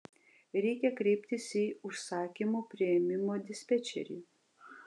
reikia kreiptis į užsakymų priėmimo dispečerį